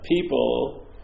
people